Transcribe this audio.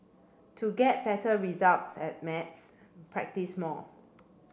to get better results at maths practise more